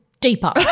Deeper